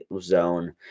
zone